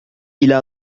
إلى